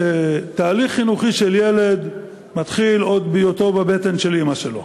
שתהליך חינוכי של ילד מתחיל עוד בהיותו בבטן של אימא שלו,